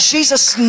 Jesus